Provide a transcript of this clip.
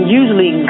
usually